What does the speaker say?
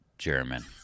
German